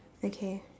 okay